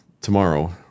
tomorrow